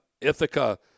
Ithaca